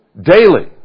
daily